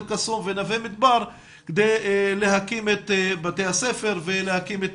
אל קסום ונווה מדבר כדי להקים את בתי הספר ולהקים את